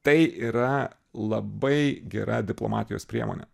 tai yra labai gera diplomatijos priemonė